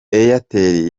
airtel